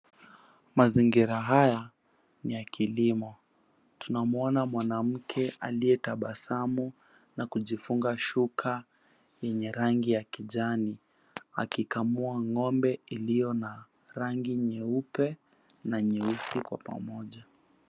Mazingira haya ni ya kilimo. Tunamuona mwanamke aliyetabasamu na kujifunga shuka yenye rangi ya kijani, akikamua ng'ombe iliyo na rangi nyeupe na nyeusi kwa pamoja.